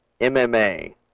MMA